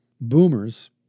Boomers